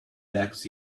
legs